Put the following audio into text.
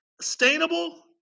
sustainable